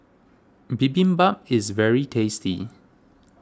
Bibimbap is very tasty